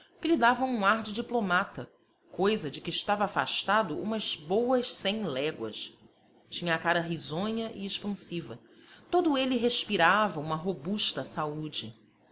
que lhe davam um ar de diplomata coisa de que estava afastado umas boas cem léguas tinha a cara risonha e expansiva todo ele respirava uma robusta saúde